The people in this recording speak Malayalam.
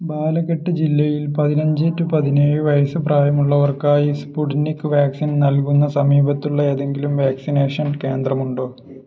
ബാലഘട്ട് ജില്ലയിൽ പതിനഞ്ച് ടു പതിനേഴ് വയസ്സ് പ്രായമുള്ളവർക്കായി സ്പുട്നിക് വാക്സിൻ നൽകുന്ന സമീപത്തുള്ള ഏതെങ്കിലും വാക്സിനേഷൻ കേന്ദ്രമുണ്ടോ